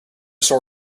store